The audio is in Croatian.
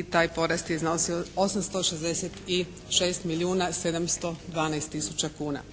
i taj porast je iznosio 866 milijuna 712 tisuća kuna.